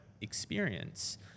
experience